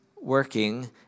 working